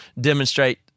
demonstrate